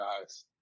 guys